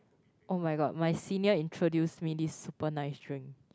oh-my-god my senior introduced me this super nice drink